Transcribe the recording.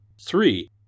Three